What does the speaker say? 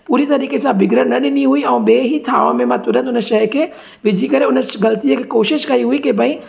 पूरी तरीक़े सां बिगिड़ण न ॾिनी हुई ऐं ॿिए ई थांव में मां तुरंत हुन शइ खे विझी करे हुन ग़लतीअ खे कोशिशि कई हुई की भई